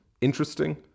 interesting